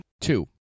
Two